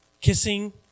kissing